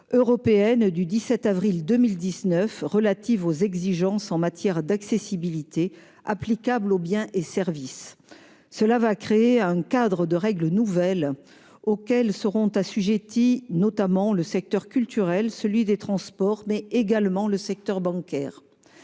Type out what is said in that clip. européenne du 17 avril 2019 relative aux exigences en matière d'accessibilité applicables aux produits et services, qui va créer un corpus de règles nouvelles auquel seront assujettis le secteur culturel, celui des transports, mais également le secteur bancaire.